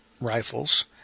rifles